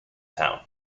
town